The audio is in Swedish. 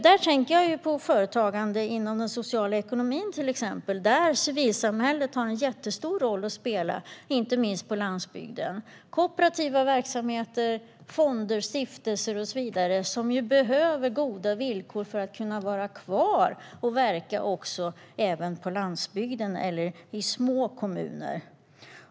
Där tänker jag till exempel på företagande inom den sociala ekonomin, där civilsamhället har en jättestor roll att spela inte minst på landsbygden. Det är kooperativa verksamheter, fonder, stiftelser och så vidare, som behöver goda villkor för att kunna vara kvar och verka även på landsbygden eller i små kommuner.